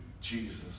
Jesus